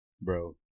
bro